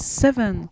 seven